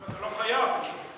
אתה לא חייב, פשוט.